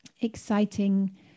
exciting